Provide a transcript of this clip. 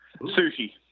Sushi